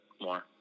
more